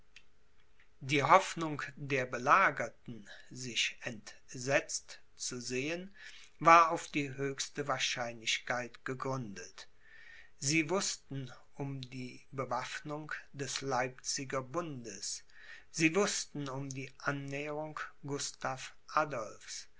die hoffnung der belagerten sich entsetzt zu sehen war auf die höchste wahrscheinlichkeit gegründet sie wußten um die bewaffnung des leipziger bundes sie wußten um die annäherung gustav adolphs